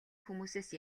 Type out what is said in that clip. хүмүүсээс